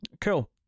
Cool